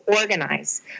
organize